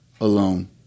alone